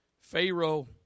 Pharaoh